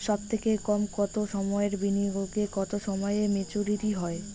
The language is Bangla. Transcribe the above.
সবথেকে কম কতো সময়ের বিনিয়োগে কতো সময়ে মেচুরিটি হয়?